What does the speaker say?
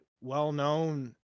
well-known